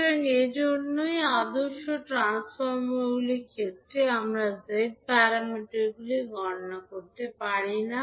সুতরাং এজন্যই আদর্শ ট্রান্সফর্মারগুলির ক্ষেত্রে আমরা z প্যারামিটারগুলি গণনা করতে পারি না